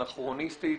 אנכרוניסטית,